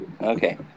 Okay